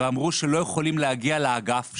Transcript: ואמרו שהם לא יכולים להגיע לאגף,